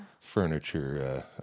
furniture